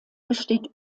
besteht